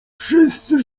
wszyscy